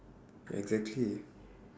exactly